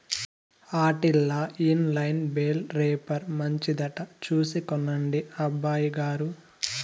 ఆటిల్ల inline bale wrapper మంచిదట చూసి కొనండి అబ్బయిగారు